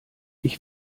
ich